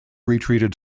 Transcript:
retreated